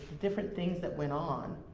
different things that went on.